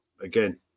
again